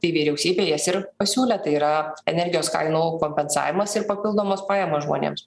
tai vyriausybė jas ir pasiūlė tai yra energijos kainų kompensavimas ir papildomas pajamas žmonėms